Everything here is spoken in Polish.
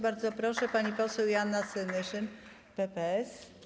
Bardzo proszę, pani poseł Joanna Senyszyn, PPS.